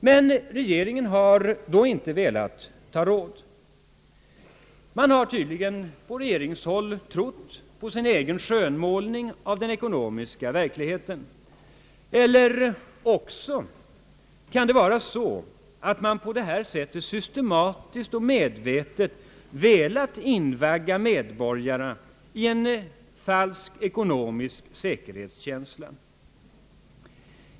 Men regeringen har inte tidigare velat ta råd. Man har tydligen trott på sin egen skönmålning av den ekonomiska verkligheten. Eller också är det så att man på detta sätt systematiskt och medvetet velat invagga medborgarna i en falsk ekonomisk säkerhetskänsla.